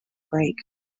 break